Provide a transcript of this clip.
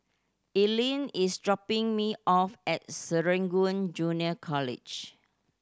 Ethelyn is dropping me off at Serangoon Junior College